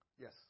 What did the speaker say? Yes